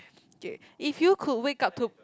okay if you could wake up to